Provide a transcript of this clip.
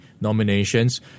nominations